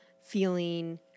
feeling